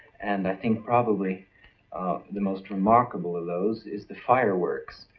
and i think probably the most remarkable of those is the fireworks.